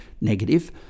negative